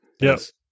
Yes